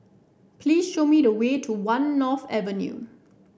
please show me the way to One North Avenue